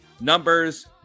numbers